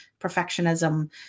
perfectionism